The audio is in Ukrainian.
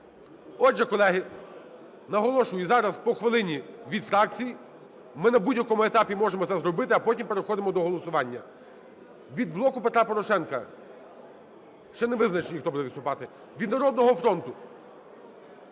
Отже, колеги, наголошую, зараз по хвилині від фракцій. Ми на будь-якому етапі можемо це зробити, а потім переходимо до голосування. Від "Блоку Петра Порошенка"? Ще не визначили, хто буде виступати. Від "Народного фронту"?